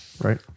right